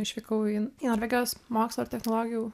išvykau į norvegijos mokslo technologijų